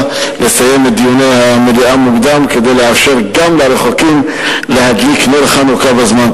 בסיום דיוני המליאה מוקדם כדי לאפשר גם לרחוקים להדליק נר חנוכה בזמן.